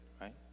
Right